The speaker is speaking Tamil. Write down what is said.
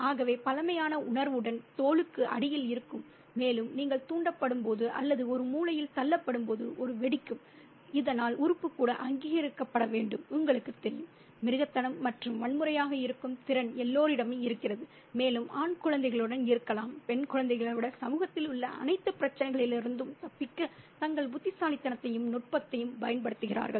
ஆகவே பழமையான உள்ளுணர்வு தோலுக்கு அடியில் இருக்கும் மேலும் நீங்கள் தூண்டப்படும்போது அல்லது ஒரு மூலையில் தள்ளப்படும்போது அது வெடிக்கும் இதனால் உறுப்பு கூட அங்கீகரிக்கப்பட வேண்டும் உங்களுக்குத் தெரியும் மிருகத்தனம் மற்றும் வன்முறையாக இருக்கும் திறன் எல்லோரிடமும் இருக்கிறது மேலும் ஆண் குழந்தைகளுடன் இருக்கலாம் பெண் குழந்தைகளை விட சமூகத்தில் உள்ள அனைத்து பிரச்சினைகளிலிருந்தும் தப்பிக்க தங்கள் புத்திசாலித்தனத்தையும் நுட்பத்தையும் பயன்படுத்துகிறார்கள்